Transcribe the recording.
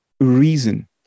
reason